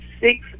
six